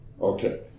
Okay